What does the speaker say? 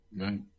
Right